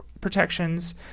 protections